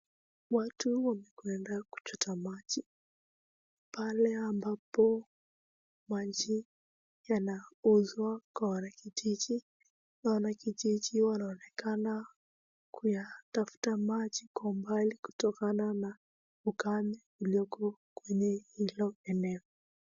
Watu wamekwenda kuchota maji pahali ambapo maji yanauzwa kwa wanakijiji. Wanakijiji wanaonekana kuyatafuta maji kwa umbali kutokana na ukame ulioko kwenye hilo eneo.